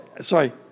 sorry